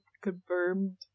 confirmed